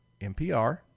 NPR